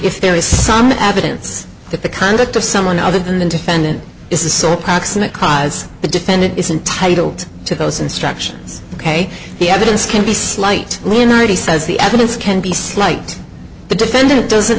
if there is some evidence that the conduct of someone other than the defendant is the sole proximate cause the defendant is entitled to those instructions ok the evidence can be slight linearity says the evidence can be slight the defendant doesn't